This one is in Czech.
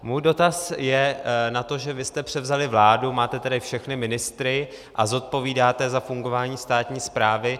Můj dotaz je na to, že vy jste převzali vládu, máte tedy všechny ministry a zodpovídáte za fungování státní správy.